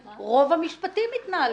רוב המשפטים האלה מתנהלים בבתי משפט צבאיים.